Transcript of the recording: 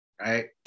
right